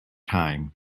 time